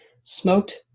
smoked